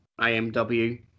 AMW